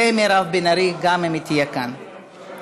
ההצעה הראשונה שאנחנו נדון עליה היא פרסום ההתכתבות בין השופטת